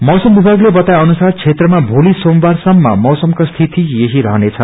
मोसम विभागले बताए अनुसार क्षेत्रमा भोलि सोमबार सम्म मौसमको स्थिति यही रहनेछ